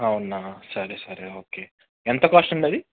అవునా సరే సరే ఓకే ఎంత కాస్ట్ అండి అది